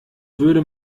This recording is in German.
würde